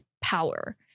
power